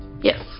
yes